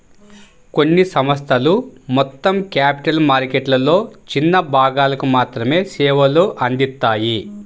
కొన్ని సంస్థలు మొత్తం క్యాపిటల్ మార్కెట్లలో చిన్న భాగాలకు మాత్రమే సేవలు అందిత్తాయి